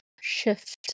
Shift